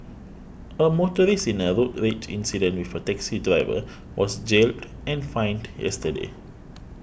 a motorist in a road rage incident with a taxi driver was jailed and fined yesterday